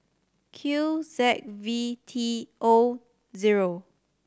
Q Z V T O zero